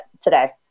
today